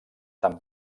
tant